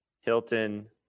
Hilton